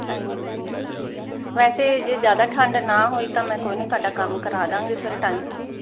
ਹਾਂਜੀ ਵੈਸੇ ਜਿਆਦਾ ਠੰਡ ਨਾ ਹੋਈ ਤਾਂ ਮੈਂ ਕੋਈ ਨਹੀਂ ਤੁਹਾਡਾ ਕੰਮ ਕਰਾ ਦਾਂਗੇ ਸਵੇਰੇ ਟਾਈਮ